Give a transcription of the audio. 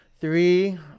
Three